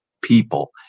people